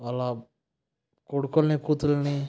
వాళ్ళ కొడుకులని కూతుళ్ళని